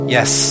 Yes